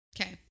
okay